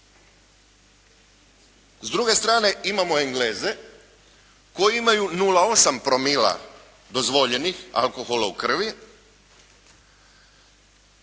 S druge strane, imamo Engleze koji imaju 0,8 promila dozvoljenih alkohola u krvi